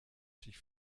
sich